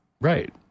right